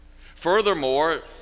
Furthermore